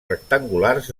rectangulars